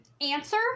answer